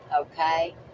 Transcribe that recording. okay